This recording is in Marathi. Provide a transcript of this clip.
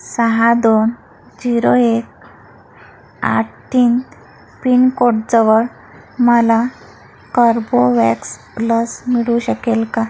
सहा दोन झिरो एक आठ तीन पिनकोडजवळ मला कोर्बोव्हॅक्स लस मिळू शकेल का